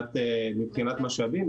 מבחינת משאבים,